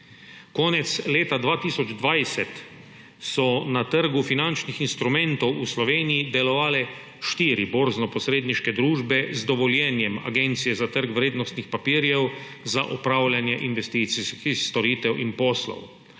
Konec leta 2020 so na trgu finančnih instrumentov v Sloveniji delovale štiri borznoposredniške družbe z dovoljenjem Agencije za trg vrednostnih papirjev za opravljanje investicijskih storitev in poslov.